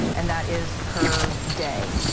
and that is per day.